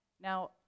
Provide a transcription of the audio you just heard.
Now